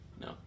No